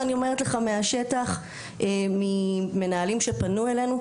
מהשטח ממנהלים שפנו אלינו,